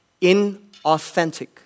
inauthentic